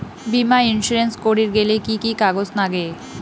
বীমা ইন্সুরেন্স করির গেইলে কি কি কাগজ নাগে?